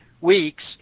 weeks